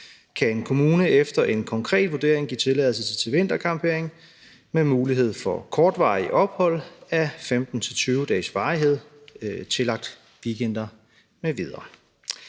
kan en kommune efter en konkret vurdering give tilladelse til vintercampering med mulighed for kortvarige ophold af 15-20 dages varighed tillagt weekender m.v.